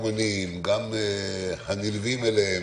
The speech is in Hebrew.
בעקבות מחאת האומנים - ליבנו איתם.